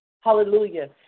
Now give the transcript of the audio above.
Hallelujah